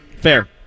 Fair